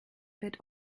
wird